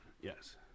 Yes